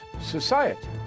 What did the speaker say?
society